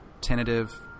tentative